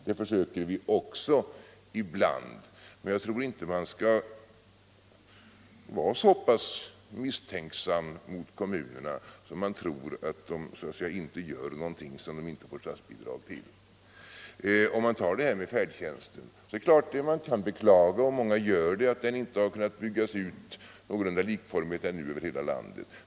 Man skall inte vara så misstänksam mot kommunerna att man förutsätter att de inte gör något som de inte får statsbidrag till. Man kan beklaga —- och många gör det — att färdtjänsten ännu inte har kunnat byggas ut någorlunda likformigt över hela landet.